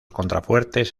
contrafuertes